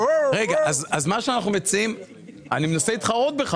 אני מנסה להתחרות בך.